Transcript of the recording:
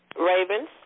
Ravens